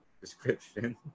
description